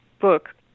book